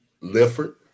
lifford